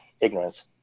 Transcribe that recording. ignorance